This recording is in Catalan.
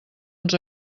ens